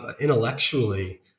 intellectually